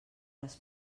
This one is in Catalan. les